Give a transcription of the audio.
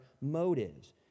motives